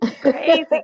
Crazy